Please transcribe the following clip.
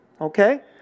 okay